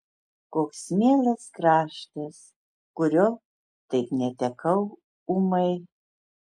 koks mielas kraštas kurio taip netekau ūmai